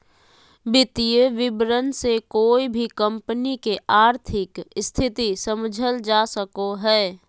वित्तीय विवरण से कोय भी कम्पनी के आर्थिक स्थिति समझल जा सको हय